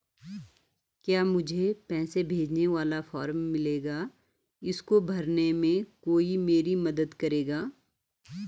क्या मुझे पैसे भेजने वाला फॉर्म मिलेगा इसको भरने में कोई मेरी मदद करेगा?